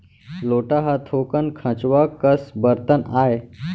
लोटा ह थोकन खंचवा कस बरतन आय